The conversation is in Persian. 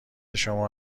شما